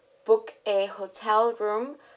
book a hotel room